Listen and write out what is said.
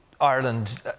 Ireland